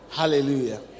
hallelujah